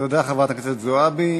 תודה, חברת הכנסת זועבי.